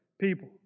people